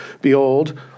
Behold